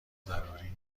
ضروری